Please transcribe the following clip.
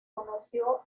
conoció